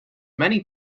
many